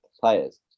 players